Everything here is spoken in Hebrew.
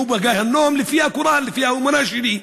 אלה יהיו בגיהינום, לפי הקוראן, לפי האמונה שלי.